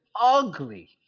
ugly